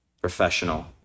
professional